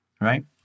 right